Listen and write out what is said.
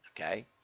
okay